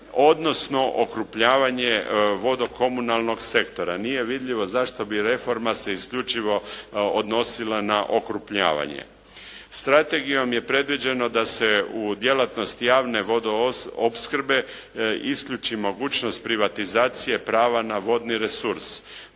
odnosno okrupnjavanje vodokomunalnog sektora. Nije vidljivo zašto bi reforma se isključivo odnosila na okrupnjavanje. Strategijom je predviđeno da se u djelatnost javne vodoopskrbe isključi mogućnost privatizacije prava na vodni resurs.